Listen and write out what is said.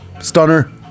stunner